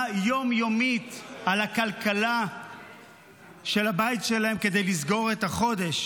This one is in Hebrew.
יום יומית על הכלכלה של הבית שלהם כדי לסגור את החודש.